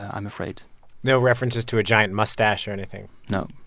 i'm afraid no references to a giant mustache or anything no.